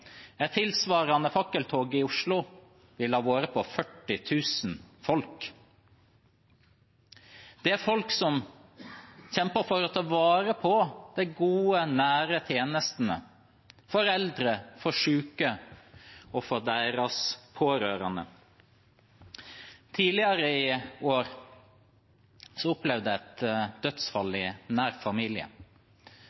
Et tilsvarende fakkeltog i Oslo ville ha hatt 40 000 mennesker. Dette er folk som kjemper for å ta vare på de gode, nære tjenestene for eldre, for syke og for deres pårørende. Tidligere i år opplevde jeg et dødsfall